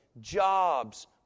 jobs